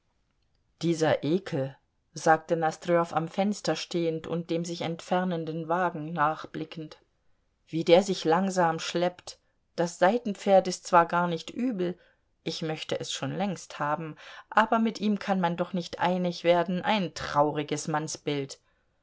dieser ekel sagte nosdrjow am fenster stehend und dem sich entfernenden wagen nachblickend wie der sich langsam schleppt das seitenpferd ist zwar gar nicht übel ich möchte es schon längst haben aber mit ihm kann man doch nicht einig werden ein trauriges mannsbild